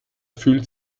fühlt